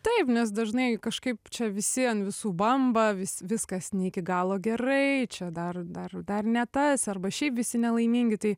taip nes dažnai kažkaip čia visi ant visų bamba vis viskas ne iki galo gerai čia dar dar dar ne tas arba šiaip visi nelaimingi tai